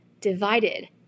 divided